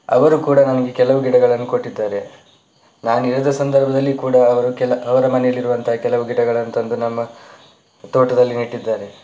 ಅವರು ಕೂಡ ನನಗೆ ಕೆಲವು ಗಿಡಗಳನ್ನು ಕೊಟ್ಟಿದ್ದಾರೆ ನಾನು ಇರದ ಸಂದರ್ಭದಲ್ಲಿ ಕೂಡ ಅವರು ಕೆಲ ಅವರ ಮನೆಯಲ್ಲಿ ಇರುವಂಥ ಕೆಲವು ಗಿಡಗಳನ್ನು ತಂದು ನಮ್ಮ ತೋಟದಲ್ಲಿ ನೆಟ್ಟಿದ್ದಾರೆ